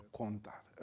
contar